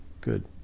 good